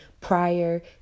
prior